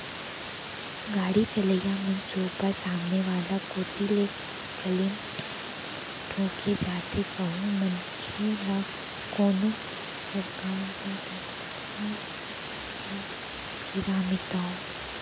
गाड़ी चलइया मनसे ऊपर सामने वाला कोती ले क्लेम ठोंके जाथे कहूं मनखे ल कोनो परकार ले लग लुगा गे ओ बेरा म ता